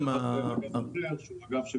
אבנר, מה